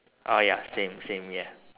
oh ya same same yeah